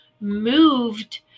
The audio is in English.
moved